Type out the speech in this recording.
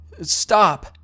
stop